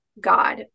God